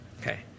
Okay